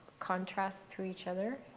contrast to each other,